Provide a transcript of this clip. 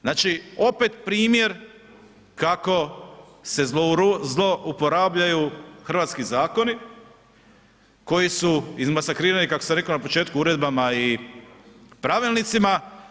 Znači opet primjer kako se zloupotrjebljavaju hrvatski zakoni koji su izmasakrirani kako sam rekao na početku uredbama i pravilnicima.